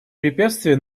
препятствия